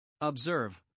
Observe